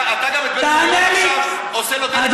אתה, גם לבן-גוריון עכשיו, עושה לו דה-לגיטימציה?